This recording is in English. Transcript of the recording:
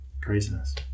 craziness